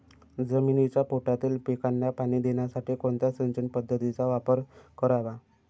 जमिनीच्या पोटातील पिकांना पाणी देण्यासाठी कोणत्या सिंचन पद्धतीचा वापर करावा?